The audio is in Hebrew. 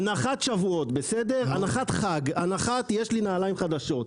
הנחת שבועות, הנחת חג, יש לי נעליים חדשות,